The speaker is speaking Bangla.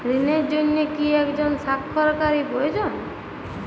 ঋণের জন্য কি একজন স্বাক্ষরকারী প্রয়োজন?